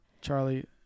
Charlie